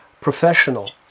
professional